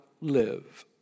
live